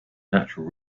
natural